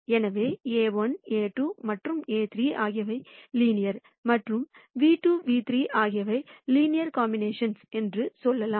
எனவே A₁ A₂ மற்றும் A3 ஆகியவை லீனியர் மற்றும் v2 and ν3 ஆகியவை லீனியர் காம்பினேஷன் என்று சொல்லலாம்